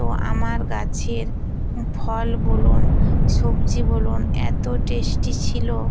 তো আমার গাছের ফল বলুন সবজি বলুন এত টেস্টি ছিল